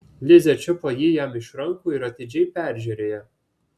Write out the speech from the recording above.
lizė čiupo jį jam iš rankų ir atidžiai peržiūrėjo